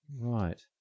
Right